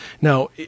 Now